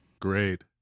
Great